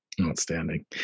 Outstanding